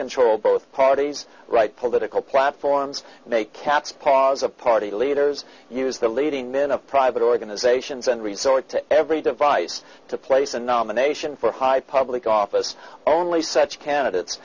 control both parties right political platforms make catspaws of party leaders use the leading min of private organizations and resort to every device to place a nomination for high public office only such candidates